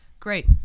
Great